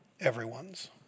everyone's